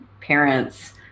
parents